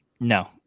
No